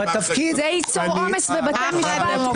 זה ייצור עומס בבתי משפט --- אחרות.